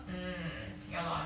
mm ya lor